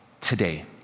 today